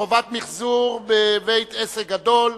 חובת מיחזור בבית-עסק גדול),